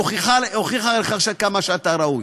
הוכיחה כמה אתה ראוי.